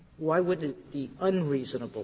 why would it be unreasonable